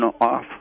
off